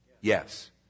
Yes